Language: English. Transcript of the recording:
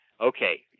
okay